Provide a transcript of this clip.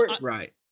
Right